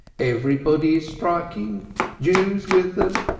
everybody is striking jews with them.